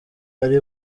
ari